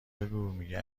بگو، میگه